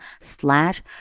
slash